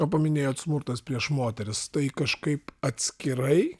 o paminėjot smurtas prieš moteris tai kažkaip atskirai